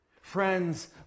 Friends